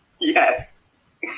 Yes